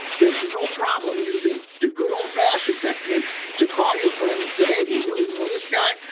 there's no problem using the good old-fashioned techniques to call your friend and say, hey, do you really know this guy?